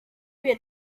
wir